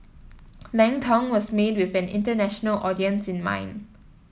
Lang Tong was made with an international audience in mind